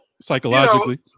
psychologically